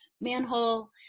Manhole